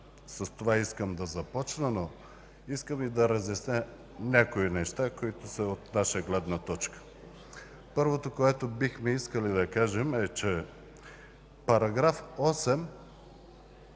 С това искам да започна, но искам и да разясня някои неща, които са от наша гледна точка. Първото, които бихме искали да кажем, е, че § 8